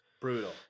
Brutal